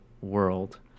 world